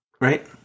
Right